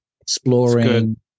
exploring